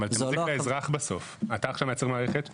בסוף אתה מייצר מערכת,